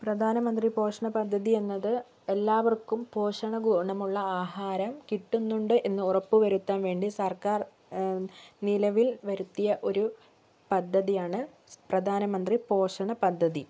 പ്രധാനമന്ത്രി പോഷണ പദ്ധതി എന്നത് എല്ലാവർക്കും പോഷണഗുണമുള്ള ആഹാരം കിട്ടുന്നുണ്ടോ എന്നുറപ്പ് വരുത്താൻ വേണ്ടി സർക്കാർ നിലവിൽ വരുത്തിയ ഒരു പദ്ധതിയാണ് പ്രധാനമന്ത്രി പോഷണ പദ്ധതി